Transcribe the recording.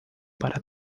para